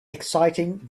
exciting